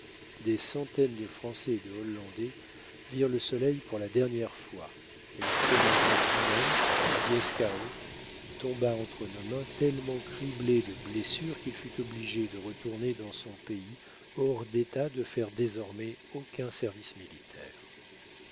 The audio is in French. des centaines de français et de hollandais virent le soleil pour la dernière fois et leur commandant lui-même d chaos tomba entre nos mains tellement criblé de blessures qu'il fut obligé de retourner dans son pays hors d'état de faire désormais aucun service militaire